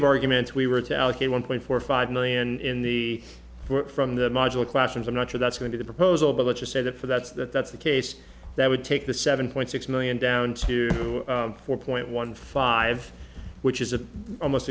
of argument we were to allocate one point four five million in the work from the module classrooms i'm not sure that's going to the proposal but let's just say that for that's that that's the case that would take the seven point six million down to four point one five which is a almost